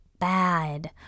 bad